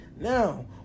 Now